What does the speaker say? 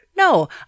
No